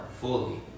fully